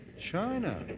China